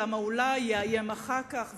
למה אולי יאיים אחר כך,